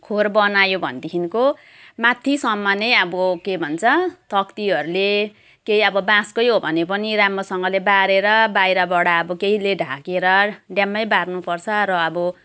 खोर बनायो भनेदेखिको माथिसम्म नै अब के भन्छ तक्तीहरूले केही अब बाँसकै हो भने पनि राम्रोसँगले बारेर बाहिरबाट अब केहीले ढाकेर ड्याम्मै बार्नुपर्छ र अब